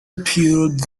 appealed